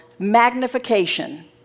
magnification